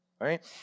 right